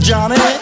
Johnny